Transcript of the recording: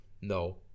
no